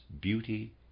beauty